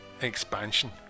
expansion